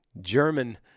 German